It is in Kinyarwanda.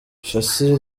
shassir